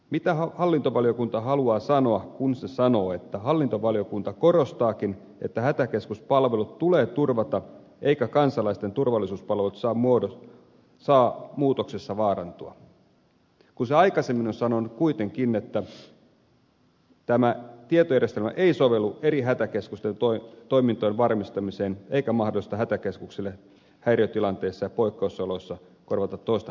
mitä hallintovaliokunta haluaa sanoa kun se sanoo että valiokunta korostaa että hätäkeskuspalvelut tulee turvata eivätkä kansalaisten turvallisuuspalvelut saa muutoksessa vaarantua kun se aikaisemmin on sanonut kuitenkin että tämä tietojärjestelmä ei sovellu eri hätäkeskusten toimintojen varmistamiseen eikä mahdollista hätäkeskukselle häiriötilanteissa ja poikkeusoloissa korvata toista hätäkeskusta